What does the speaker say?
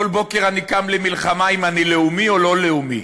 כל בוקר אני קם למלחמה אם אני לאומי או לא לאומי,